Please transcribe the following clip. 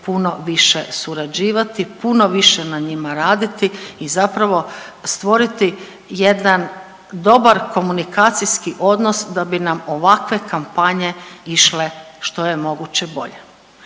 puno više surađivati, puno više na njima raditi i zapravo stvoriti jedan dobar komunikacijski odnos da bi nam ovakve kampanje išle što je moguće bolje.